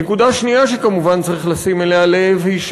נקודה שנייה שכמובן צריך לשים אליה לב היא,